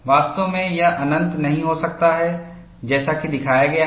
वास्तव में यह अनंत नहीं हो सकता है जैसा कि दिखाया गया है